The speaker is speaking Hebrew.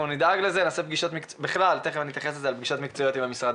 נדאג לזה ונעשה פגישות מקצועיות עם המשרדים.